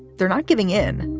they're not giving in.